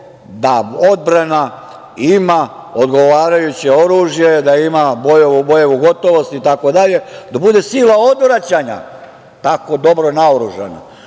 da odbrana ima odgovarajuće oružje, da ima bojevu gotovost i tako dalje, da bude sila obraćanja tako dobro naoružana.